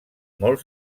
molt